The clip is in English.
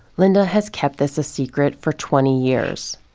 linda has kept this a secret for twenty years.